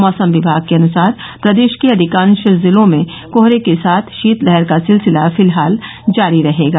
मौसम विभाग के अनुसार प्रदेश के अधिकांश जिलों में कोहरे के साथ शीतलहर का सिलसिला फिलहाल जारी रहेगा